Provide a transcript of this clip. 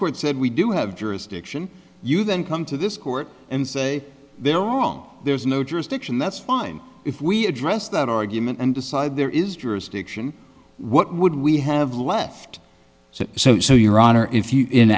court said we do have jurisdiction you then come to this court and say they're wrong there's no jurisdiction that's fine if we address that argument and decide there is jurisdiction what would we have left so so so your honor if you in